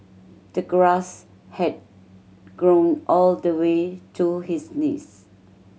the grass had grown all the way to his knees